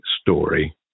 story